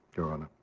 your honour.